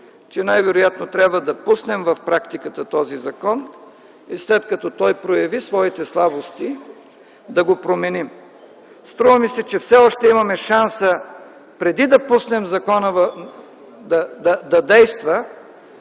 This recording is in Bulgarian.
че най-вероятно трябва да пуснем в практиката този закон и след като той прояви своите слабости, да го променим. Струва ми се, че все още имаме шанса, преди да пуснем закона да действа,